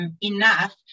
enough